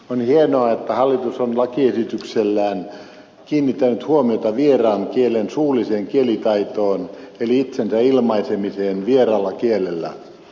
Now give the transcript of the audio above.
on hienoa että hallitus on lakiesityksellään kiinnittänyt huomiota vieraan kielen suulliseen kielitaitoon eli itsensä ilmaisemiseen vieraalla kielellä